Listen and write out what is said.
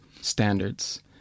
standards